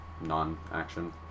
non-action